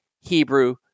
Hebrew